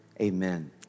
Amen